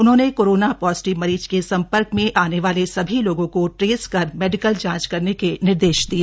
उन्होंने corona positive मरीज के संपर्क में आने वाले सभी लोगों को ट्रेस कर मेडिकल जांच करने के निर्देश दिए